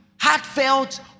heartfelt